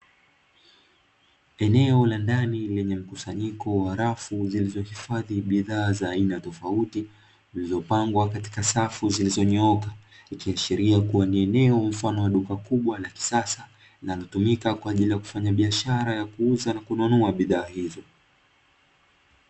Eneo la ndani lenye mkusanyiko wa rafu zilizohifadhi bidhaa za aina tofauti ulizopangwa katika safu zilizonyooka ikiashiria kuwa ni eneo mfano wa duka kubwa la kisasa na kutumika kwa ajili ya kufanya biashara ya kuuza na kununua bidhaa hizo.